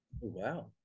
Wow